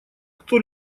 кто